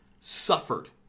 suffered